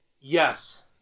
Yes